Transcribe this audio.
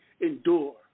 endure